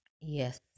Yes